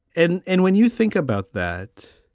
and and when you think about that,